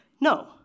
No